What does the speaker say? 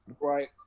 Right